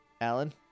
Alan